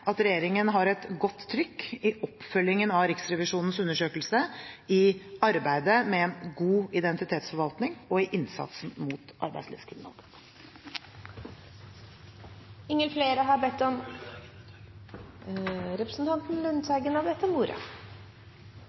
at regjeringen har et godt trykk i oppfølgingen av Riksrevisjonens undersøkelse i arbeidet med en god identitetsforvaltning og i innsatsen mot